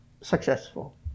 successful